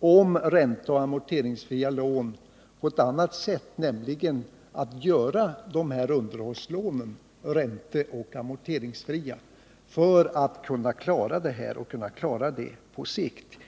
om ränteoch amorteringsfria lån på ett annat sätt, nämligen genom att göra underhållslånen ränteoch amorteringsfria. Detta blir nödvändigt för att kunna klara saken på sikt.